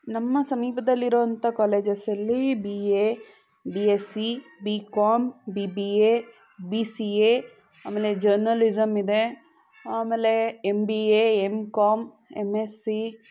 ನಮ್ಮ ಸಮೀಪದಲ್ಲಿರೋಂಥ ಕಾಲೇಜಸಲ್ಲಿ B A B SC B com B B A B C A ಆಮೇಲೆ ಜರ್ನಲಿಸಂ ಇದೆ ಆಮೇಲೆ M B A M com M SC